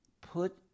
Put